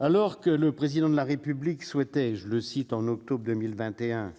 Alors que le président de la République souhaitait, je le cite, en octobre 2021.